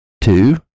Two